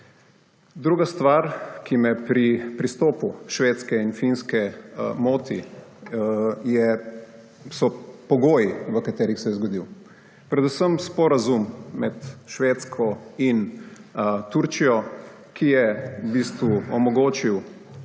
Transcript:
Druga stvar, ki me pri pristopu Švedske in Finske moti, so pogoji, v katerih se je zgodil. Predvsem sporazum med Švedsko in Turčijo, ki je v bistvu omogočil